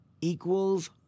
equals